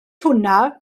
hwnna